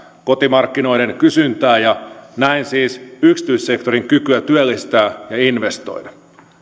kotimarkkinoiden kysyntää ja näin siis yksityissektorin kykyä työllistää ja investoida